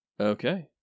Okay